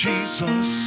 Jesus